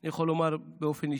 אני יכול לומר באופן אישי,